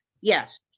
yes